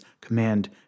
command